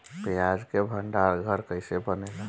प्याज के भंडार घर कईसे बनेला?